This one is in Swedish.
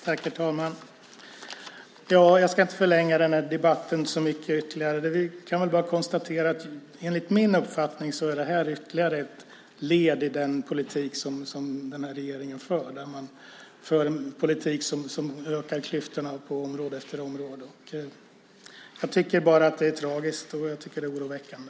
Herr talman! Jag ska inte förlänga debatten så mycket till. Enligt min uppfattning är det här ytterligare ett led i den politik som denna regering för, en politik som ökar klyftorna på område efter område. Jag tycker att det är tragiskt och oroväckande.